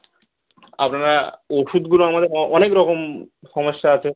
আপনারা ওষুধগুলো আমাদের অ অনেক রকম সমস্যা আছে